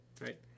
right